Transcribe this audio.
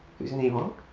who's an ewok,